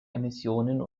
emissionen